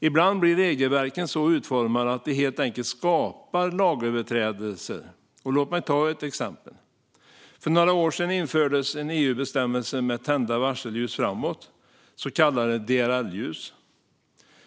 Ibland blir regelverken så utformade att de helt enkelt skapar lagöverträdelser. Låt mig ge ett exempel. För några år sedan infördes en EU-bestämmelse om tända varselljus framåt, så kallade DRL-ljus.